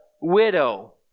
widow